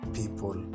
people